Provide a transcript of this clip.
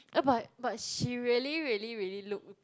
uh but but she really really really look